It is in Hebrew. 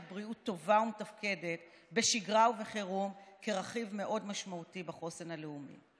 בריאות טובה ומתפקדת בשגרה ובחירום כרכיב מאוד משמעותי בחוסן הלאומי.